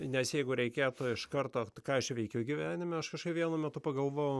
nes jeigu reikėtų iš karto ką aš veikiu gyvenime aš kažkaip vienu metu pagalvojau